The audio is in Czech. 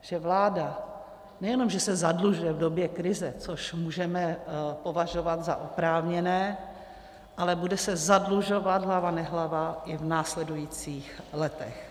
Že vláda nejenom že se zadlužuje v době krize, což můžeme považovat za oprávněné, ale bude se zadlužovat hlava nehlava i v následujících letech.